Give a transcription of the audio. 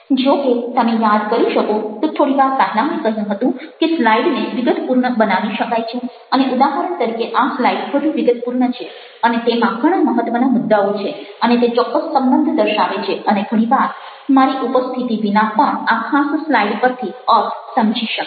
જો કે તમે યાદ કરી શકો તો થોડી વાર પહેલાં મેં કહ્યું હતું કે સ્લાઇડને વિગતપૂર્ણ બનાવી શકાય છે અને ઉદાહરણ તરીકે આ સ્લાઈડ વધુ વિગતપૂર્ણ છે અને તેમાં ઘણા મહત્ત્વના મુદ્દાઓ છે અને તે ચોક્કસ સંબંધ દર્શાવે છે અને ઘણી વાર મારી ઉપસ્થિતિ વિના પણ આ ખાસ સ્લાઈડ પરથી અર્થ સમજી શકાય છે